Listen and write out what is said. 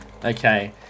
Okay